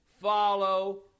follow